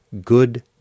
good